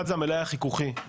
אחד זה המלאי החיכוכי,